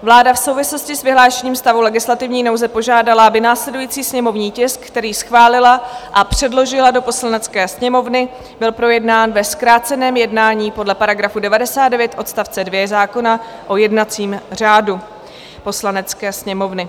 Vláda v souvislosti s vyhlášením stavu legislativní nouze požádala, aby následující sněmovní tisk, který schválila a předložila do Poslanecké sněmovny, byl projednán ve zkráceném jednání podle § 99 odst. 2 zákona o jednacím řádu Poslanecké sněmovny.